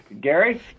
Gary